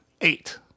eight